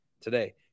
today